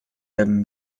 them